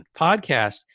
podcast